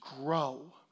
grow